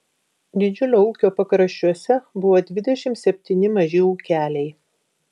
didžiulio ūkio pakraščiuose buvo dvidešimt septyni maži ūkeliai